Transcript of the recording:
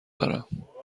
دارم